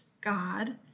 God